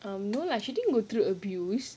um no lah she didn't go through abuse